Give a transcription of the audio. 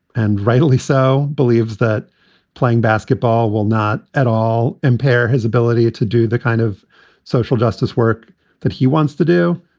and rightly so, believes that playing basketball will not at all impair his ability to do the kind of social justice work that he wants to do.